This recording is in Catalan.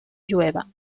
jueva